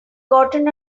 gotten